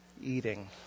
eating